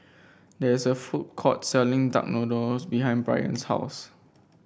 there is a food court selling Duck Noodles behind Bryant's house